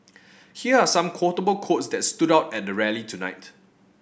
here are some quotable quotes that stood out at the rally tonight